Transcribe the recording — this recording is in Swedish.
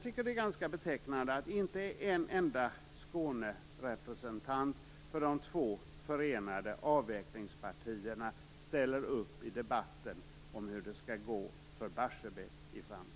Det är ganska betecknande att inte en enda Skånerepresentant för de två förenade avvecklingspartierna ställer upp i debatten om hur det skall gå för Barsebäck i framtiden.